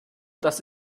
das